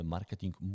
Marketing